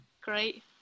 great